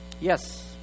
Yes